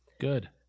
good